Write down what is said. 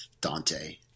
Dante